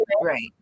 Right